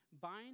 Bind